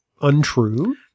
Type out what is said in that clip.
untrue